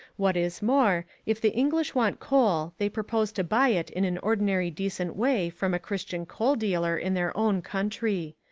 what is more, if the english want coal they propose to buy it in an ordinary decent way from a christian coal-dealer in their own country.